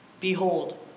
Behold